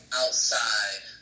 outside